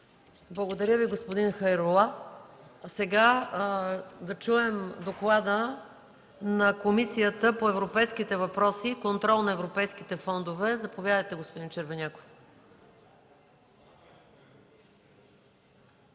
Благодаря Ви, господин Хайрула. Сега да чуем доклада на Комисията по европейските въпроси и контрол на европейските фондове. Заповядайте, господин Червеняков.